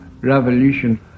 Revolution